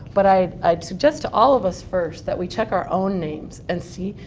but i'd i'd suggest to all of us first that we check our own names and see,